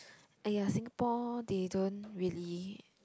!aiya! Singapore they don't really